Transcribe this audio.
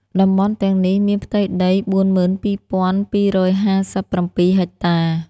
តំបន់ទាំងនេះមានផ្ទៃដី ៤២,២៥៧ ហិកតា។